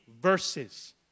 verses